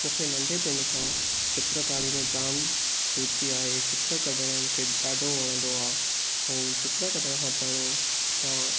मूंखे नंढपिण खां चित्रकारी में जामु रुची आहे चित्र कढणु मूंखे ॾाढो वणंदो आहे ऐं चित्र कढण खां पहिरियों मां